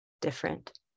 different